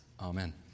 Amen